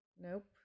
nope